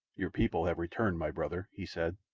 your people have returned, my brother, he said,